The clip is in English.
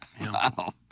Wow